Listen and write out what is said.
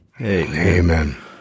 Amen